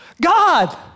God